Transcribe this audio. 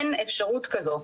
אין אפשרות כזו,